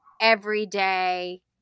everyday